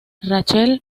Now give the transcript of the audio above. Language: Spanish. rachel